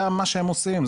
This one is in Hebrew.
זה מה שהם עושים,